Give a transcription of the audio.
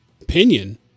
Opinion